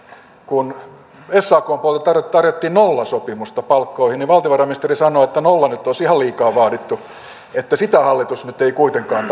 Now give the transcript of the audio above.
kun sakn puolelta tarjottiin nollasopimusta palkkoihin niin valtiovarainministeri sanoi että nolla nyt olisi ihan liikaa vaadittu että sitä hallitus nyt ei kuitenkaan tavoittele